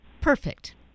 Perfect